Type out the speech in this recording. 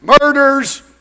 murders